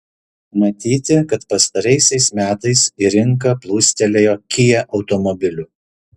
matyti kad pastaraisiais metais į rinką plūstelėjo kia automobilių